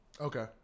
Okay